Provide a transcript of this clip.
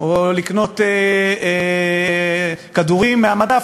או לקנות כדורים מהמדף.